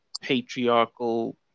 patriarchal